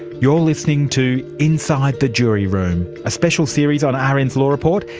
you're listening to inside the jury room, a special series on ah rn's law report.